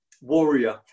warrior